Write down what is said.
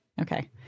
Okay